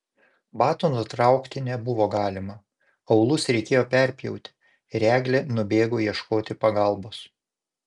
batų nutraukti nebuvo galima aulus reikėjo perpjauti ir eglė nubėgo ieškoti pagalbos